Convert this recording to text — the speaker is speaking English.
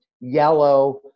yellow